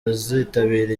bazitabira